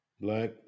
Black